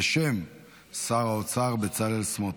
בשם שר האוצר בצלאל סמוטריץ'.